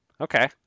Okay